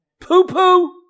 Poo-poo